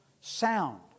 sound